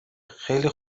خیلی